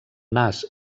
nas